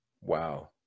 Wow